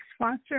sponsor